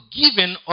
given